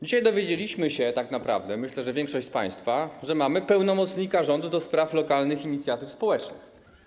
Dzisiaj dowiedzieliśmy się tak naprawdę, myślę, że większość z państwa, że mamy pełnomocnika rządu do spraw lokalnych inicjatyw społecznych.